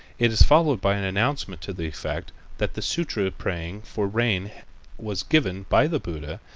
it is followed by an announcement to the effect that the sutra praying for rain was given by the buddha,